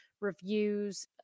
reviews